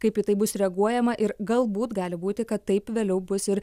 kaip į tai bus reaguojama ir galbūt gali būti kad taip vėliau bus ir